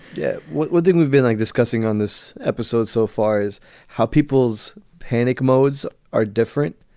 yeah would think we've been like discussing on this episode so far as how people's panic modes are different.